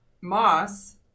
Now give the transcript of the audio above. Moss